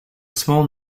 small